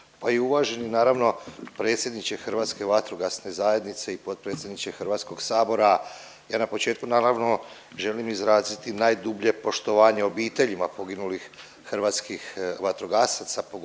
pa i uvaženi naravno predsjedniče Hrvatske vatrogasne zajednice i potpredsjedniče HS. Ja na početku naravno želim izraziti najdublje poštovanje obiteljima poginulih hrvatskih vatrogasaca, pogotovo